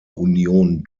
union